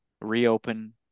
reopen